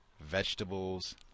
vegetables